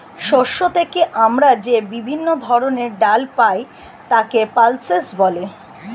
শস্য থেকে আমরা যে বিভিন্ন ধরনের ডাল পাই তাকে পালসেস বলে